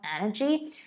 energy